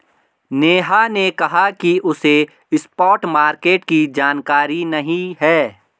नेहा ने कहा कि उसे स्पॉट मार्केट की जानकारी नहीं है